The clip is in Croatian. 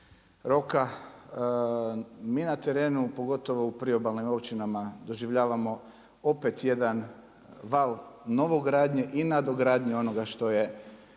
roka mi na terenu pogotovo u priobalnim općinama doživljavamo opet jedan val novogradnje i nadogradnje onoga što je